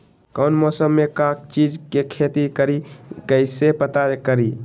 कौन मौसम में का चीज़ के खेती करी कईसे पता करी?